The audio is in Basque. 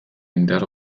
indar